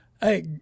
Hey